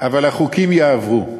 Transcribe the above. אבל החוקים יעברו.